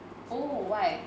oh why